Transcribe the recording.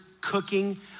cooking